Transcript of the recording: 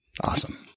Awesome